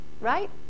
right